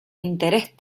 interés